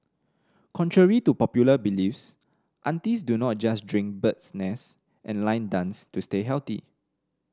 contrary to popular beliefs aunties do not just drink bird's nest and line dance to stay healthy